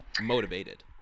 motivated